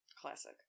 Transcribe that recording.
Classic